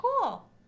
cool